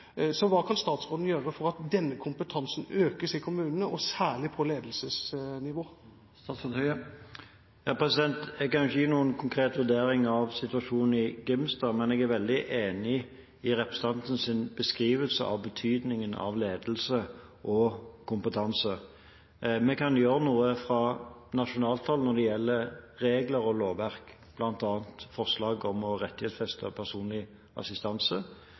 særlig på ledelsesnivå? Jeg kan ikke gi noen konkret vurdering av situasjonen i Grimstad, men jeg er veldig enig i representantens beskrivelse av betydningen av ledelse og kompetanse. Vi kan gjøre noe fra nasjonalt hold når det gjelder regler og lovverk, bl.a. forslag om å rettighetsfeste personlig assistanse.